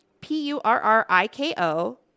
P-U-R-R-I-K-O